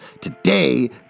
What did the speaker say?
Today